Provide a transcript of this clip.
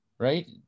right